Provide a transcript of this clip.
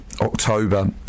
October